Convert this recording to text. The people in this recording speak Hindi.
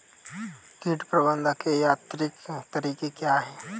कीट प्रबंधक के यांत्रिक तरीके क्या हैं?